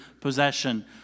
possession